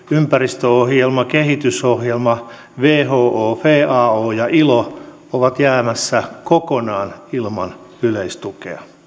ympäristöohjelma kehitysohjelma who fao ja ilo ovat jäämässä kokonaan ilman yleistukea